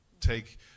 take